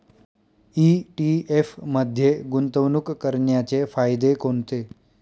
ETF मध्ये गुंतवणूक करण्याचे फायदे कोणते?